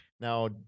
now